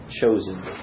chosen